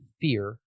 Fear